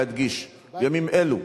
להדגיש בימים אלו,